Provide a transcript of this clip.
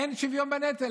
אין שוויון בנטל.